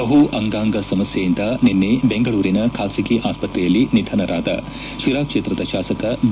ಬಹು ಅಂಗಾಂಗ ಸಮಸ್ಟೆಯಿಂದ ನಿನ್ನೆ ಬೆಂಗಳೂರಿನ ಖಾಸಗಿ ಆಸ್ಪತ್ರೆಯಲ್ಲಿ ನಿಧನರಾದ ಶಿರಾ ಕ್ಷೇತ್ರದ ಶಾಸಕ ಬಿ